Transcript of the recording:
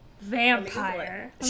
vampire